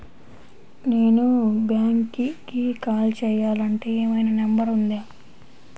నేను బ్యాంక్కి కాల్ చేయాలంటే ఏమయినా నంబర్ ఉందా?